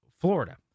Florida